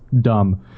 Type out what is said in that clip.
dumb